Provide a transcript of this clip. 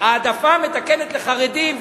העדפה מתקנת לחרדים.